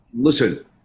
Listen